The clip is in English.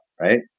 right